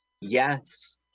yes